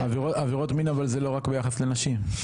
עבירות מין זה לא רק ביחס לנשים.